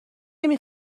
نمی